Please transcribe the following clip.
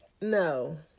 No